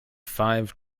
five